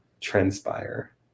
transpire